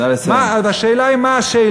אז השאלה היא מה השאלה.